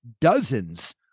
dozens